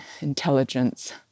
intelligence